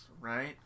Right